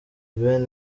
ben